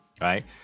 right